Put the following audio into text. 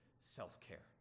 self-care